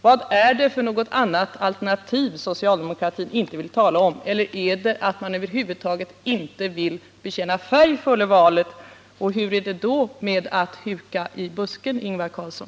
Vad är det för något annat alternativ som socialdemokratin inte vill tala om? Eller är det så att man över huvud taget inte vill bekänna färg före valet, och hur är det då med att huka i busken, Ingvar Carlsson?